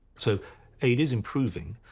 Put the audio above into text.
so aid is improving,